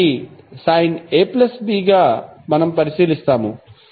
కాబట్టి మనం sin AB గా పరిశీలిస్తాము